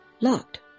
locked